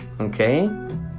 Okay